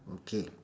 okay